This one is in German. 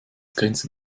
grenze